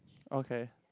okay